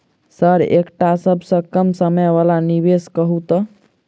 Sir एकटा सबसँ कम समय वला निवेश कहु तऽ?